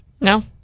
no